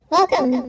Welcome